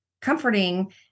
comforting